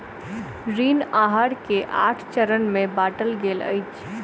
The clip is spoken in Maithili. ऋण आहार के आठ चरण में बाटल गेल अछि